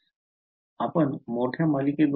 आपण मोठ्या मालिकेद्वारे हे अंदाजे केले तर काय होईल